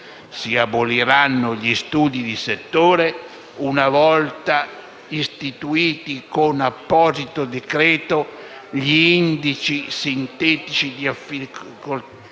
Si aboliranno gli studi di settore una volta istituiti, con apposito decreto, gli indici sintetici di affidabilità: